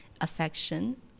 affection